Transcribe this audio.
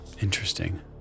Interesting